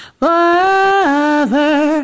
forever